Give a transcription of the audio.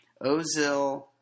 Ozil